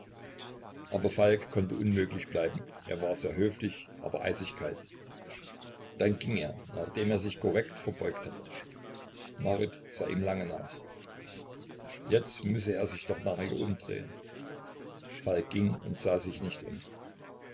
aber falk konnte unmöglich bleiben er war sehr höflich aber eisig kalt dann ging er nachdem er sich sehr korrekt verbeugt hatte marit sah ihm lange nach jetzt müsse er sich doch nach ihr umdrehen falk ging und sah sich nicht um